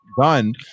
done